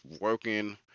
working